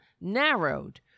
narrowed